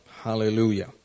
Hallelujah